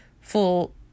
full